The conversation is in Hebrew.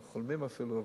לא חולמים אפילו.